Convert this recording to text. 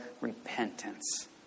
repentance